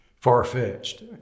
far-fetched